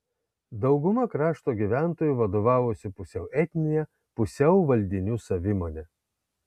dauguma krašto gyventojų vadovavosi pusiau etnine pusiau valdinių savimone